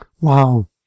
wow